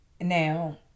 Now